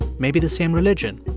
maybe the same religion,